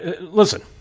listen